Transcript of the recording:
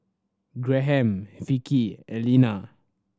Graham Vickey Elena